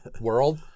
world